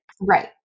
Right